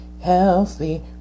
healthy